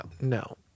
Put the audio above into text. no